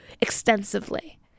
extensively